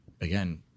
again